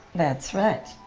that's right,